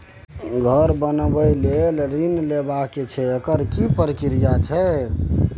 घर बनबै के लेल ऋण लेबा के छै एकर की प्रक्रिया छै?